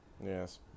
Yes